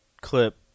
clip